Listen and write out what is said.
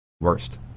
worst